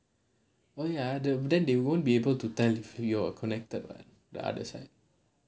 oh ya ah the~ then they won't be able to tell who you're connected [what] the other side